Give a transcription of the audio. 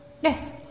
Yes